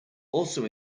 also